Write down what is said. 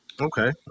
okay